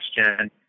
question